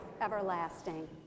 everlasting